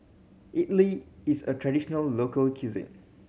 idili is a traditional local cuisine